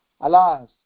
Alas